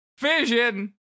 vision